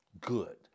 good